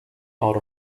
out